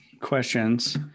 questions